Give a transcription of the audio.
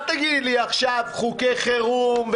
אל תגידי לי עכשיו חוקי חירום,